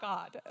God